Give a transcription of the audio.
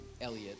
Elliot